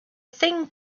thing